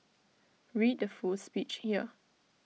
read the full speech here